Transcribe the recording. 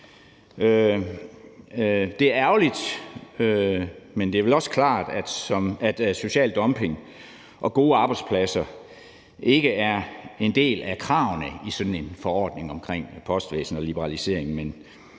Det er ærgerligt, men det er vel også klart, at social dumping og gode arbejdspladser ikke er en del af kravene i sådan en forordning om postvæsen og liberalisering.